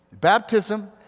Baptism